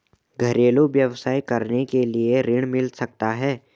घरेलू व्यवसाय करने के लिए ऋण मिल सकता है?